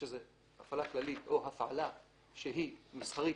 שזה הפעלה כללית או הפעלה שהיא מסחרית